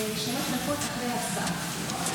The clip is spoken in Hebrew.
אופיר.